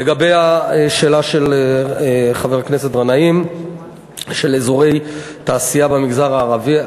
לגבי השאלה של חבר הכנסת גנאים על אזורי תעשייה במגזר הערבי,